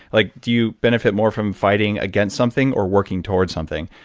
like do you benefit more from fighting against something or working toward something?